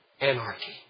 anarchy